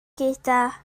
gyda